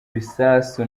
bisasu